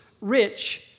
rich